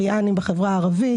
ריאנים בחברה הערבית,